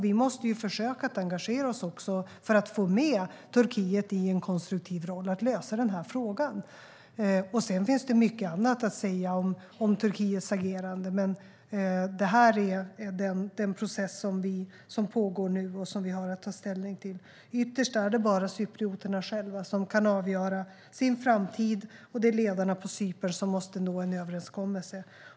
Vi måste ju försöka engagera oss också för att få med Turkiet i en konstruktiv roll i att lösa den här frågan. Sedan finns det mycket annat att säga om Turkiets agerande, men det här är den process som pågår nu och som vi har att ta ställning till. Ytterst är det bara cyprioterna själva som kan avgöra sin framtid, och det är ledarna på Cypern som måste nå en överenskommelse.